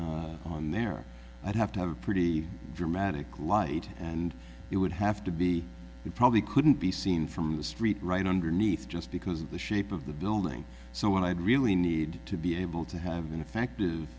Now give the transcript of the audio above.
ground on there i'd have to have a pretty dramatic light and it would have to be it probably couldn't be seen from the street right underneath just because of the shape of the building so what i'd really need to be able to have an effective